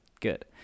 Good